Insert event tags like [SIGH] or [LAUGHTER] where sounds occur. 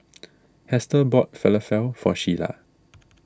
[NOISE] Hester bought Falafel for Shiela